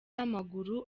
w’amaguru